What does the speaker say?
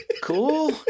Cool